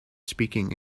speaking